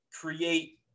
create